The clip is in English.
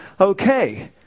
Okay